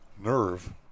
nerve